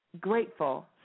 grateful